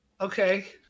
Okay